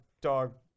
dog